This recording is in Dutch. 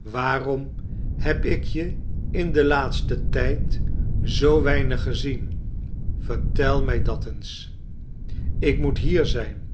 waarom heb ik je in den laatsten tijd zoo weinig gezien vertel mij dat eens ik moet hier zijn